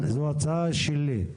זו הצעה שלי,